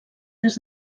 des